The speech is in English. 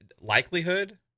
likelihood